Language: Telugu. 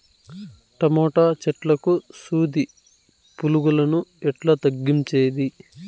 టమోటా చెట్లకు సూది పులుగులను ఎట్లా తగ్గించేది?